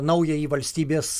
naująjį valstybės